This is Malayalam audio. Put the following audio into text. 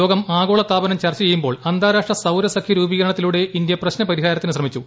ലോകം ആഗോള താപനം ചർച്ച ചെയ്യുമ്പോൾ അന്താരാഷ്ട്ര സൌര സഖ്യ രൂപീകരണത്തിലൂടെ ഇന്ത്യ പ്രശ്ന പരിഹാരത്തിന് ശ്രമിച്ചു